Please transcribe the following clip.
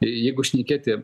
jeigu šnekėti